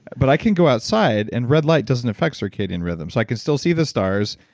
but i can go outside, and red light doesn't affect circadian rhythm, so i can still see the stars,